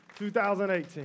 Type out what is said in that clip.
2018